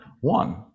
one